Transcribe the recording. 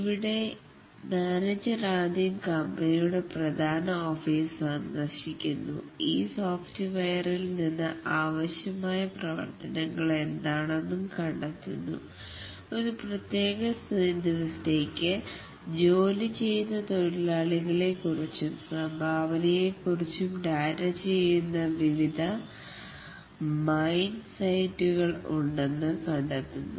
ഇവിടെ മാനേജർ ആദ്യം കമ്പനിയുടെ പ്രധാന ഓഫീസ് സന്ദർശിക്കുന്നു ഈ സോഫ്റ്റ്വെയറിൽ നിന്ന് ആവശ്യമായ പ്രവർത്തനങ്ങൾ എന്താണെന്ന് കണ്ടെത്തുന്നു ഒരു പ്രത്യേക ദിവസത്തേക്ക് ജോലി ചെയ്യുന്ന തൊഴിലാളികളെ കുറിച്ചും സംഭാവനയും കുറിച്ചും ഡാറ്റ ചെയ്യുന്ന വിവിധ മൈൻ സൈറ്റുകൾകൾ ഉണ്ടെന്ന് കണ്ടെത്തുന്നു